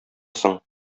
соң